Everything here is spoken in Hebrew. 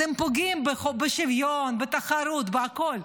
אתם פוגעים בשוויון, בתחרות, בהכול.